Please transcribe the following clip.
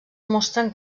mostren